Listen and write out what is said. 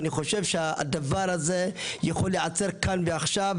אני חושב שהדבר הזה יכול להיעצר כאן ועכשיו,